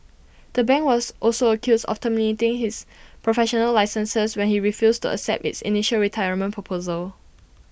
the bank was also accused of terminating his professional licenses when he refused to accept its initial retirement proposal